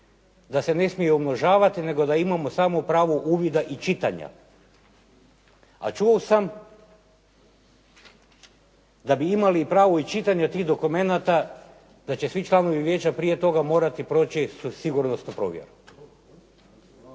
da se ne smije umnožavati, nego da imamo samo pravo uvida i čitanja? A čuo sam da bi imali pravo i čitanja tih dokumenata da će svi članovi vijeća prije toga morati proći sigurnosnu provjeru.